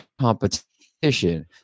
competition